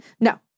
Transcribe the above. No